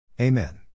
Amen